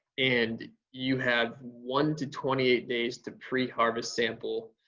and you have one to twenty eight days to pre-harvest sample